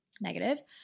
Negative